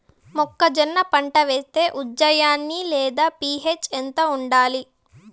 మొక్కజొన్న పంట వేస్తే ఉజ్జయని లేదా పి.హెచ్ ఎంత ఉండాలి?